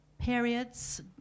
periods